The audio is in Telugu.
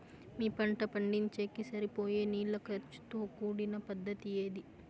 మీ పంట పండించేకి సరిపోయే నీళ్ల ఖర్చు తో కూడిన పద్ధతి ఏది?